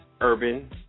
Urban